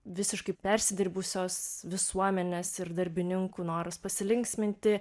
visiškai persidirbusios visuomenės ir darbininkų noras pasilinksminti